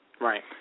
Right